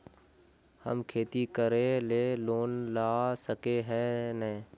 हम खेती करे ले लोन ला सके है नय?